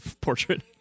portrait